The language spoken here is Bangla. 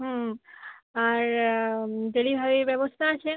হুম আর ডেলিভারির ব্যবস্থা আছে